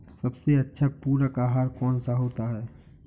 सबसे अच्छा पूरक आहार कौन सा होता है?